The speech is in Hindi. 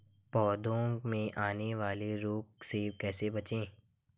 पौधों में आने वाले रोग से कैसे बचें?